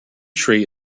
tree